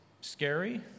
scary